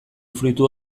fruitu